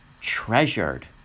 treasured